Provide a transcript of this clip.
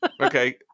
Okay